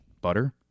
butter